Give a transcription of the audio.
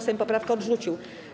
Sejm poprawkę odrzucił.